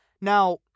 now